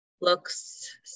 looks